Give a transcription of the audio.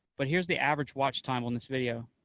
but here's the average watch time on this video.